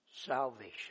salvation